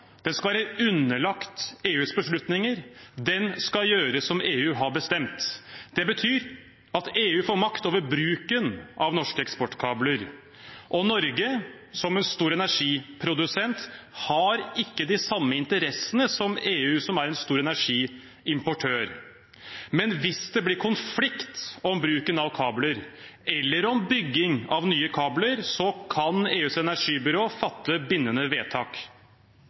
Den skal være underlagt EUs beslutninger. Den skal gjøre som EU har bestemt. Det betyr at EU får makt over bruken av norske eksportkabler. Og Norge, som en stor energiprodusent, har ikke de samme interessene som EU, som er en stor energiimportør. Men hvis det blir konflikt om bruken av kabler eller om bygging av nye kabler, kan EUs energibyrå fatte bindende vedtak.